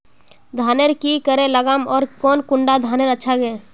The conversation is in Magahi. धानेर की करे लगाम ओर कौन कुंडा धानेर अच्छा गे?